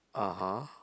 (uh huh)